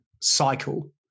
cycle